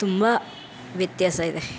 ತುಂಬ ವ್ಯತ್ಯಾಸ ಇದೆ